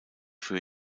für